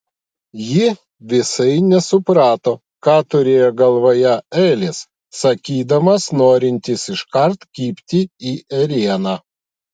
ji visai nesuprato ką turėjo galvoje elis sakydamas norintis iškart kibti į ėrieną